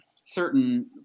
certain